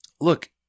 look